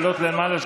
לעלות למעלה,